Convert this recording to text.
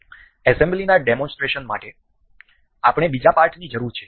એસેમ્બલીના demonstration માટે આપણે બીજા પાર્ટની જરૂર છે